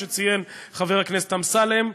כפי שציין חבר הכנסת אמסלם,